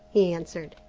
he answered.